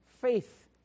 faith